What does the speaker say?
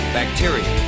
bacteria